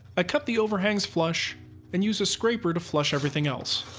i cut the overhangs flush and use a scraper to flush everything else.